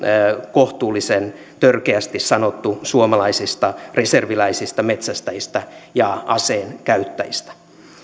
kohtuullisen törkeästi sanottu suomalaisista reserviläisistä metsästäjistä ja aseenkäyttäjistä